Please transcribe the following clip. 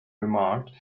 remarked